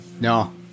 No